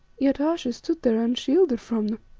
yet ayesha stood there unshielded from them.